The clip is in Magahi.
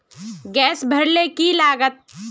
गैस भरले की लागत?